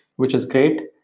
which is great.